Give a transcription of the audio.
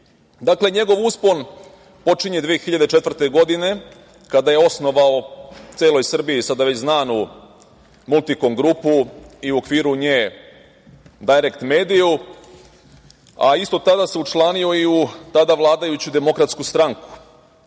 Srbiji. Dakle, njegov uspon počinje 2004. godine kada je osnovao, celoj Srbiji, sada već znanu „Multikon grupu“ i u okviru nje „Dajrekt mediju“, a isto tada se učlanio i u tada vladajuću DS i tako tokom